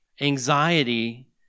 Anxiety